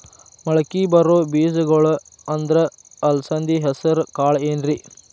ಮಳಕಿ ಬರೋ ಬೇಜಗೊಳ್ ಅಂದ್ರ ಅಲಸಂಧಿ, ಹೆಸರ್ ಕಾಳ್ ಏನ್ರಿ?